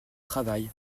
travail